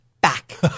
back